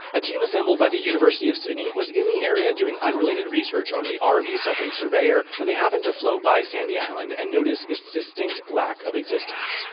a team assembled by the university of sydney was in the area doing unrelated research on the um rv southern surveyor when they happened to float by sandy island and notice its distinct lack of existence.